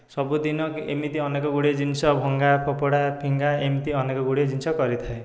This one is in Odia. ସବୁଦିନ ଏମିତି ଅନେକ ଗୁଡ଼ିଏ ଜିନିଷ ଭଙ୍ଗା ଫୋପଡ଼ା ଫିଙ୍ଗା ଏମିତି ଅନେକ ଗୁଡ଼ିଏ ଜିନିଷ କରିଥାଏ